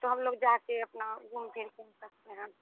तो हम लोग जा कर अपना घूम फिर कर आ सकते हैं